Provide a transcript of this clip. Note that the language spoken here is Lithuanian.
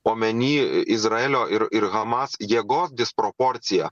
omeny izraelio ir ir hamas jėgos disproporciją